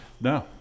No